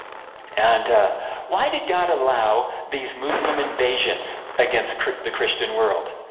and why did god allow these muslim invasions against the christian world?